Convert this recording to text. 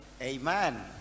Amen